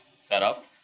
setup